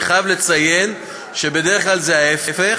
אני חייב לציין שבדרך כלל זה ההפך,